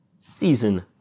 Season